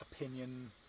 opinion